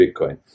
Bitcoin